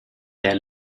der